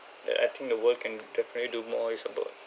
then I think the work and definitely do more is about